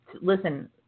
listen